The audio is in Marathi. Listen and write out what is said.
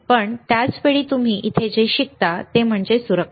पण त्याच वेळी तुम्ही इथे जे शिकता ते म्हणजे सुरक्षा